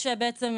יש בעצם,